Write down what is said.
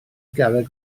garreg